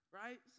right